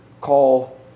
call